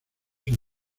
sin